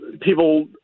people